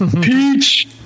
Peach